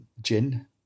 gin